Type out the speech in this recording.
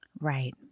Right